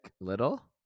little